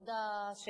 מתפקודה של הממשלה.